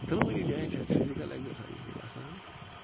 دۄنوٲنۍ جایَن چھِ اَتہِ فِزِکٕل ایٚکزرسایِز تہِ گژھان تہٕ